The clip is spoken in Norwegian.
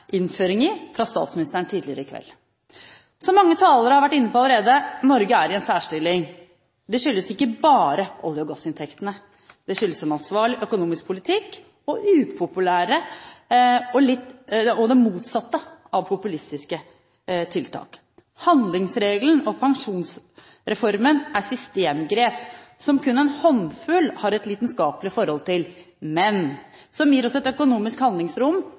fra statsministeren tidligere i kveld. Som mange talere har vært inne på allerede: Norge er i en særstilling. Det skyldes ikke bare olje- og gassinntektene, det skyldes en ansvarlig økonomisk politikk og upopulære – det motsatte av populistiske – tiltak. Handlingsregelen og pensjonsreformen er systemgrep som kun en håndfull har et lidenskapelig forhold til, men som gir oss et økonomisk handlingsrom